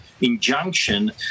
injunction